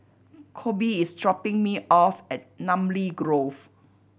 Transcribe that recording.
Coby is dropping me off at Namly Grove